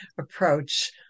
approach